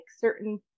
certain